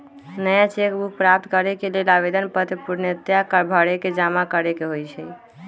नया cheque book प्राप्त करेके लेल आवेदन पत्र पूर्णतया भरके जमा करेके होइ छइ